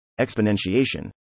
exponentiation